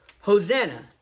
Hosanna